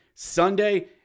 Sunday